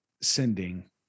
sending